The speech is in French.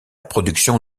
production